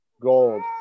gold